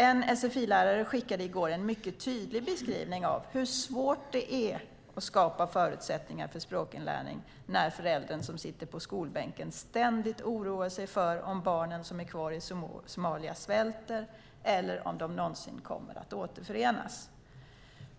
En sfi-lärare skickade i går en tydlig beskrivning av hur svårt det är att skapa förutsättningar för språkinlärning när föräldern som sitter på skolbänken ständigt oroar sig för om barnen som är kvar i Somalia svälter eller om familjen någonsin kommer att återförenas.